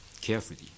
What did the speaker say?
carefully